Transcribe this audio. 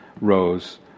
rose